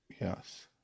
Yes